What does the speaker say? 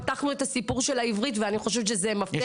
פתחנו את הסיפור של העברית, ואני חושבת שזה מפתח.